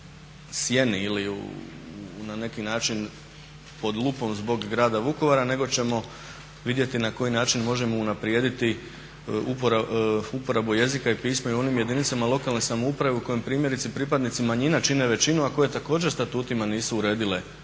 sjeni ili na neki način pod lupom zbog grada Vukovara nego ćemo vidjeti na koji način možemo unaprijediti uporabu jezika i pisma i u onim jedinicama lokalne samouprave u kojem primjerice pripadnici manjina čine većinu, a koje također statutima nisu uredile svoja